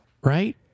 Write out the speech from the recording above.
right